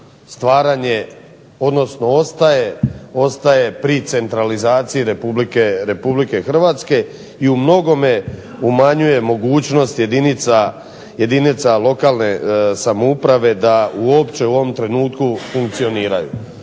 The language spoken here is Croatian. stvaranje, odnosno ostaje pri centralizaciji Republike Hrvatske, i u mnogome umanjuje mogućnost jedinica lokalne samouprave da uopće u ovom trenutku funkcioniraju.